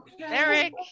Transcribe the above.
Eric